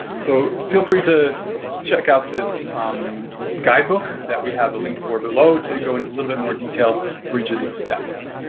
so, feel free to check out this guidebook that we have the link for below to go into a little bit more detail for each of these steps.